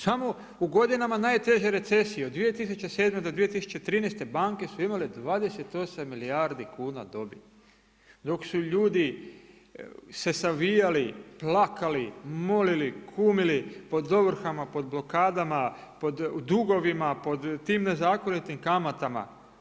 Samo u godinama najteže recesije od 2007. do 2013. banke su imale 28 milijardi kuna dobiti dok su ljudi se savijali, plakali, molili, kumili, pod ovrhama, pod blokadama, u dugovima, pod tim nezakonitim kamatama.